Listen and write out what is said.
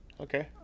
Okay